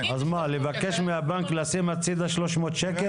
אז מה, לבקש מהבנק לשים בצד 300 שקל?